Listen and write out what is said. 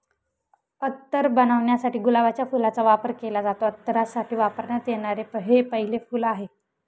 अत्तर बनवण्यासाठी गुलाबाच्या फुलाचा वापर केला जातो, अत्तरासाठी वापरण्यात येणारे हे पहिले फूल आहे